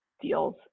deals